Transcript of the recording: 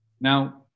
Now